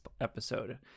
episode